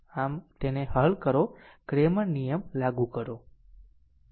આમ અને તેને હલ કરો ક્રેમર નિયમ લાગુ કરો